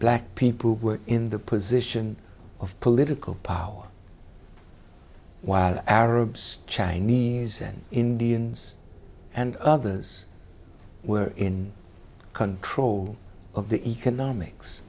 black people who were in the position of political power while arabs chinese and indians and others were in control of the economics